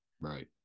right